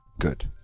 good